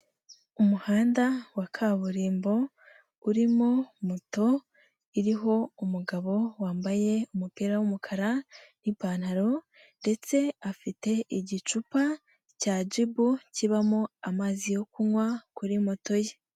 Umuhanda wa kaburimbo, urimo moto, iriho umugabo wambaye umupira w'umukara n'ipantaro ndetse afite igicupa cya Jibu, kibamo amazi yo kunywa, kuri moto ye.